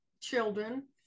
children